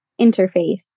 interface